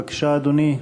בבקשה, אדוני.